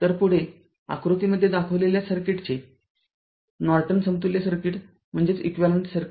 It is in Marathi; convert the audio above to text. तरपुढे आकृतीमध्ये दाखविलेल्या सर्किटचे नॉर्टन समतुल्य सर्किट शोधा